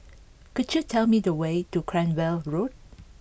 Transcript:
could you tell me the way to Cranwell Road